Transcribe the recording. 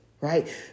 right